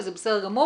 וזה בסדר גמור,